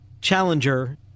challenger